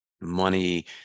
money